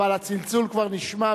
אבל הצלצול כבר נשמע,